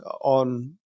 on